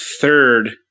third